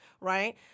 right